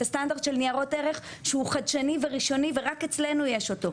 את הסטנדרט של ניירות ערך שהוא חדשני וראשוני ורק אצלנו יש אותו.